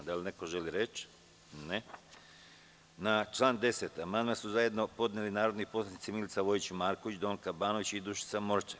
Da li neko želi reč? (Ne) Na član 10. amandman su zajedno podneli narodni poslanici Milica Vojić Marković, Donka Banović i Dušica Morčev.